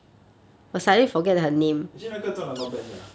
actually 那个真的 not bad sia